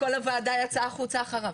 כל הוועדה יצאה החוצה אחריו.